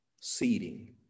seeding